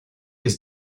his